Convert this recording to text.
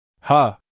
Ha